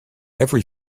every